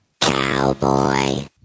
Cowboy